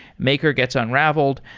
maker gets unraveled,